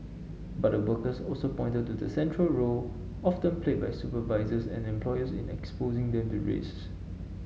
but the workers also pointed to the central role often played by supervisors and employers in exposing them to risks